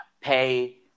pay